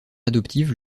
adoptive